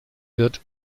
wird